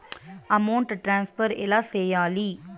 amount transfer ఎలా సేయాలి